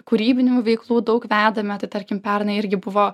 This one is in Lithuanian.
kūrybinių veiklų daug vedame tai tarkim pernai irgi buvo